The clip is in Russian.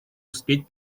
успеть